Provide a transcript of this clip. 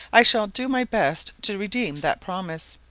i shall do my best to redeem that promise,